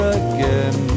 again